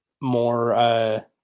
more